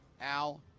Al